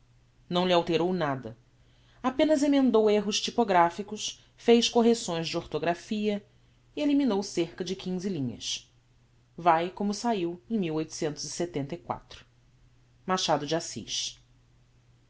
não lhe alterou nada apenas emendou erros typographicos fez correcções de orthographia e eliminou cerca de quinze linhas vae como saiu em m